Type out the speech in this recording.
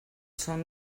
són